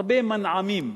הרבה מנעמים.